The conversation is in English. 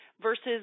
versus